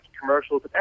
commercials